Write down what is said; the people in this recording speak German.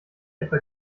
etwa